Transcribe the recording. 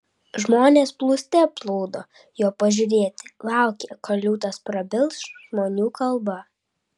žmonės plūste plūdo jo pažiūrėti laukė kol liūtas prabils žmonių kalba